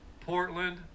Portland